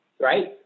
right